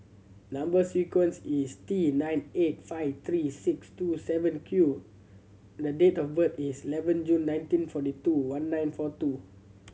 number sequence is T nine eight five three six two seven Q and date of birth is eleven June nineteen forty two one nine four two